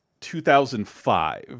2005